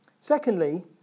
Secondly